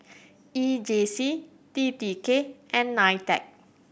E J C T T K and NITEC